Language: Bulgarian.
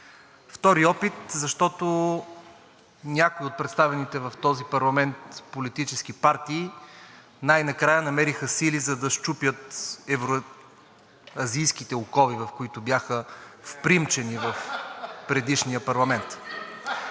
втори опит, защото някои от представените в този парламент политически партии най-накрая намериха сили, за да счупят евразийските окови, в които бяха впримчени в предишния парламент.